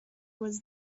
was